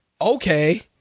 Okay